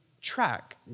track